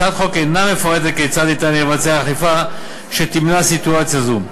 הצעת החוק אינה מפרטת כיצד ניתן יהיה לבצע אכיפה שתמנע סיטואציה זו.